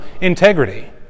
integrity